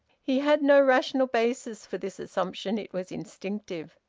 he had no rational basis for this assumption. it was instinctive.